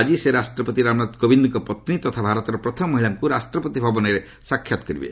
ଆଜି ସେ ରାଷ୍ଟ୍ରପତି ରାମନାଥ କୋବିନ୍ଦଙ୍କ ପତ୍ନୀ ତଥା ଭାରତର ପ୍ରଥମ ମହିଳାଙ୍କୁ ରାଷ୍ଟ୍ରପତି ଭବନରେ ସାକ୍ଷାତ କରିବେ